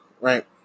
right